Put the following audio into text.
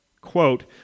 quote